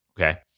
Okay